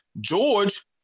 George